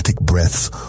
breaths